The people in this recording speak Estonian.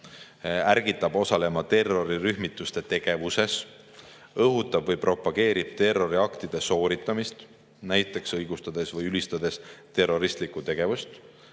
ärgitab osalema terrorirühmituste tegevuses, õhutab või propageerib terroriaktide sooritamist, näiteks õigustades või ülistades terroristlikku tegevust,